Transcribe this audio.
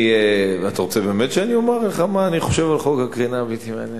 אתה רוצה באמת שאני אומר לך מה אני חושב על חוק הקרינה הבלתי-מייננת?